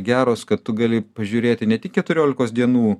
geros kad tu gali pažiūrėti ne tik keturiolikos dienų